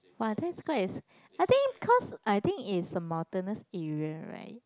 !wah! that's quite is I think because I think it's a mountainous area right